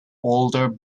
older